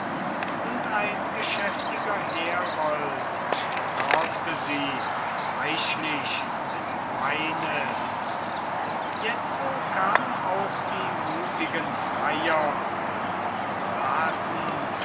und ein geschäftiger herold versorgte sie reichlich mit weine jetzo kamen auch die mutigen freier und saßen